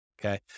Okay